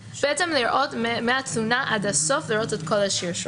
לראות מהתלונה עד הסוף את כל השרשור.